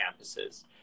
campuses